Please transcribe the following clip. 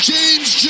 James